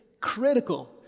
critical